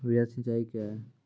वृहद सिंचाई कया हैं?